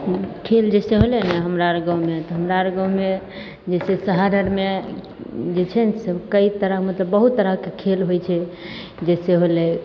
खेल जैसे होलै ने हमरा आर गाँवमे तऽ हमरा आर गाँवमे जैसे शहर आरमे जे छै ने से कइ तरह मतलब बहुत तरहके खेल होइत छै जैसे होलै